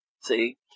See